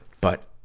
but,